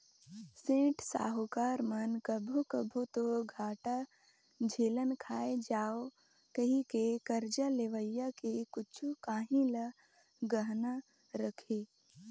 सेठ, साहूकार मन कभों कभों दो घाटा झेइन खाए जांव कहिके करजा लेवइया के कुछु काहीं ल गहना रखहीं